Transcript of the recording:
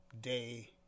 day